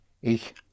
ich